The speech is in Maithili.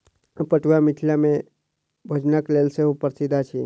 पटुआ मिथिला मे भोजनक लेल सेहो प्रसिद्ध अछि